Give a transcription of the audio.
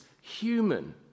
human